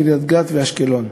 קריית-גת ואשקלון.